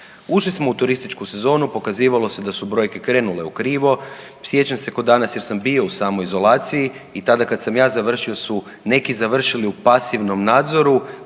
Ušli smo u turističku sezonu, pokazivalo se da su brojke krenule ukrivo, sjećam se kao danas jer sam bio u samoizolaciji i tada kad sam ja završio su neki završili u pasivnom nadzoru